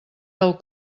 del